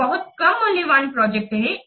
वे बहुत कम मूल्यवान प्रोजेक्ट हैं